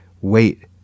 Wait